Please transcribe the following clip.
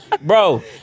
Bro